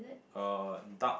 uh dark